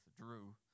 Drew